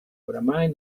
oramai